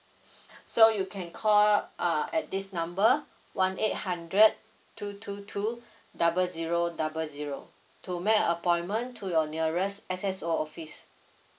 so you can call err at this number one eight hundred two two two double zero double zero to make a appointment to your nearest S_S_O office